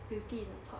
beauty in the pot